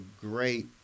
great